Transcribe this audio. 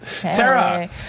Tara